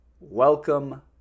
welcome